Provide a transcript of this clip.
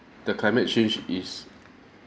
that climate change is